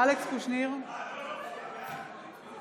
אלכס קושניר, אינו נוכח לא, לא, אני בעד.